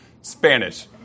Spanish